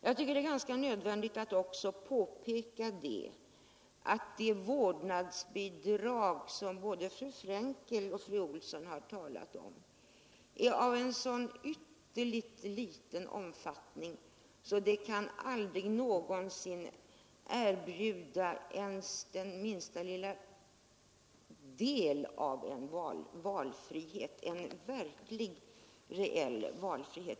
Jag finner det också nödvändigt att påpeka att det vårdnadsbidrag som både fru Frenkel och fru Olsson i Hölö här talade om är av så ytterligt liten omfattning att det aldrig kan betyda den minsta lilla valfrihet, alltså verklig, reell valfrihet.